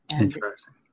Interesting